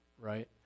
right